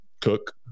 cook